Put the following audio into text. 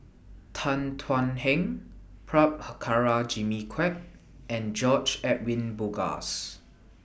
Tan Thuan Heng Prabhakara Jimmy Quek and George Edwin Bogaars